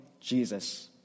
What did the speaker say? Jesus